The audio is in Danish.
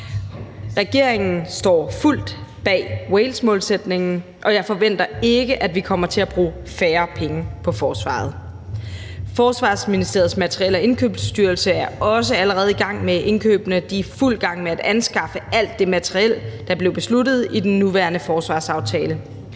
Regeringen står fuldt ud bag Walesmålsætningen, og jeg forventer ikke, at vi kommer til at bruge færre penge på forsvaret. Forsvarsministeriets Materiel- og Indkøbsstyrelse er også allerede i gang med indkøbene. De er i fuld gang med at anskaffe alt det materiel, der blev besluttet i den nuværende forsvarsaftale.